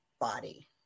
body